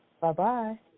Bye-bye